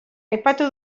aipatu